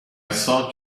thought